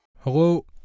Hello